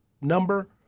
number